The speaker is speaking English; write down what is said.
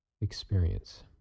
experience